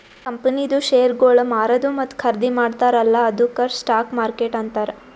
ಕಂಪನಿದು ಶೇರ್ಗೊಳ್ ಮಾರದು ಮತ್ತ ಖರ್ದಿ ಮಾಡ್ತಾರ ಅಲ್ಲಾ ಅದ್ದುಕ್ ಸ್ಟಾಕ್ ಮಾರ್ಕೆಟ್ ಅಂತಾರ್